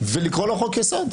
ולקרוא לו חוק-יסוד.